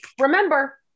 Remember